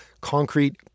concrete